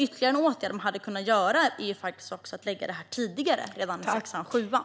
Ytterligare en åtgärd man hade kunnat vidta är faktiskt också att lägga det här tidigare, redan i sexan eller sjuan.